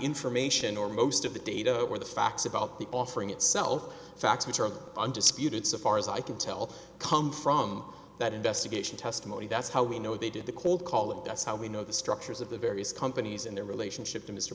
information or most of the data or the facts about the offering itself facts which are undisputed so far as i can tell come from that investigation testimony that's how we know they did the cold call it that's how we know the structures of the various companies and their relationship to mr